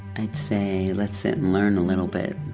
i'd say, let's sit and learn a little bit